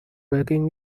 working